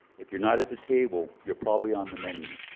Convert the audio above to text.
if you're not at the table, you're probably on the menu.